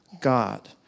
God